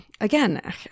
again